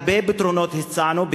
הרבה פתרונות הצענו,